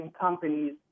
companies